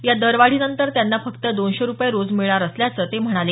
या दरवाढीनंतरही त्यांना फक्त दोनशे रूपये रोज मिळणार असल्याचं ते म्हणाले